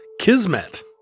Kismet